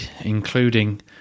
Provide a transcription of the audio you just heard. including